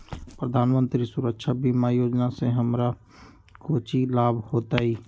प्रधानमंत्री सुरक्षा बीमा योजना से हमरा कौचि लाभ होतय?